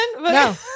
No